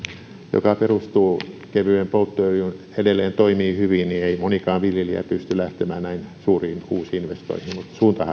joka perustuu kevyeen polttoöljyyn edelleen toimii hyvin niin ei monikaan viljelijä pysty lähtemään näin suuriin uusinvestointeihin